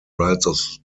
rights